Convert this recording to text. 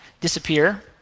disappear